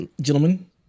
gentlemen